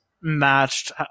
matched